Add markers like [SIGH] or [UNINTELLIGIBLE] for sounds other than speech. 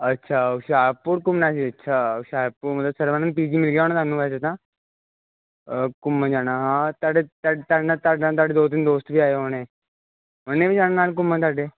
ਅੱਛਾ ਹੁਸ਼ਿਆਰਪੁਰ ਘੁੰਮਣਾ ਸੀ ਅੱਛਾ ਹੁਸ਼ਿਆਰਪੁਰ [UNINTELLIGIBLE] ਵੈਸੇ ਤਾਂ ਘੁੰਮਣ ਜਾਣਾ ਹਾਂ ਤੁਹਾਡੇ ਤੁਹਾਡੇ ਨਾਲ ਸਾਡੇ ਦੋ ਤਿੰਨ ਦੋਸਤ ਵੀ ਆਏ ਹੋਣੇ ਉਹਨੇ ਵੀ ਜਾਣਾ ਨਾਲ ਘੁੰਮਣ ਤੁਹਾਡੇ